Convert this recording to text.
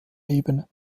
ebene